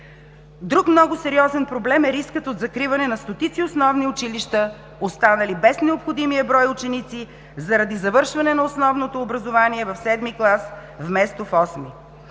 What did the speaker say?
Друг много сериозен проблем е рискът от закриване на стотици основни училища, останали без необходимия брой ученици заради завършване на основното образование в седми клас, вместо в осми.